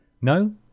No